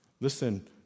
Listen